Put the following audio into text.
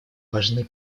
важны